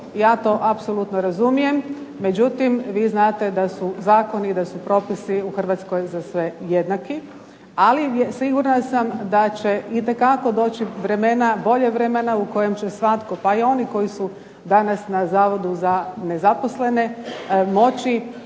ja to apsolutno razumijem, međutim vi znate da su zakoni, da su propisi u Hrvatskoj za sve jednaki, ali sigurna sam da će itekako doći vremena, bolja vremena u kojem će svatko pa i oni koji su danas na Zavodu za nezaposlene moći